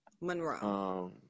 Monroe